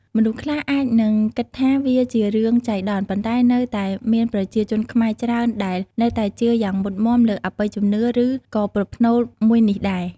មនុស្សខ្លះអាចនឹងគិតថាវាជារឿងចៃដន្យ ប៉ុន្តែនៅតែមានប្រជាជនខ្មែរច្រើនដែលនៅតែជឿយ៉ាងមុតមំាលើអបិយជំនឿ ឬ ក៏ប្រផ្នូលមួយនេះដែរ។